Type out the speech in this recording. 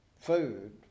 food